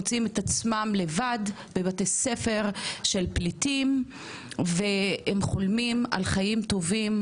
מוצאים את עצמם לבד בבתי ספר של פליטים והם חולמים על חיים טובים,